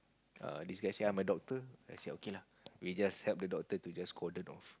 err this guy say I'm a doctor I say okay lah we just help the doctor to just cordon off